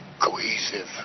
Cohesive